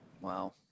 Wow